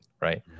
right